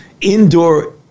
indoor